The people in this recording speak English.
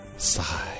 sigh